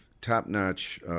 top-notch